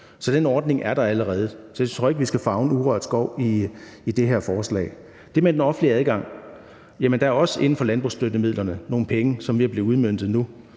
Så den ordning er der allerede. Så jeg tror ikke, vi skal favne urørt skov i det her forslag. I forhold til det med den offentlige adgang er der også inden for landbrugsstøttemidlerne nogle penge, som er ved at blive udmøntet nu.